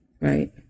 Right